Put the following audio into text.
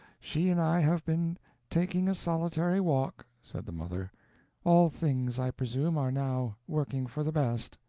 she and i have been taking a solitary walk, said the mother all things, i presume, are now working for the best.